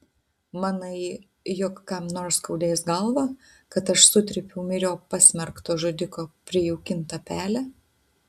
manai jog kam nors skaudės galvą kad aš sutrypiau myriop pasmerkto žudiko prijaukintą pelę